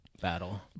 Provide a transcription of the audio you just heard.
battle